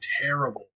terrible